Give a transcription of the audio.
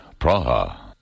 Praha